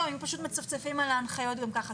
או אם הם פשוט מצפצפים על ההנחיות גם ככה,